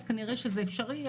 אז כנראה שזה אפשרי,